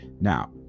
Now